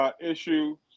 Issue